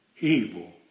evil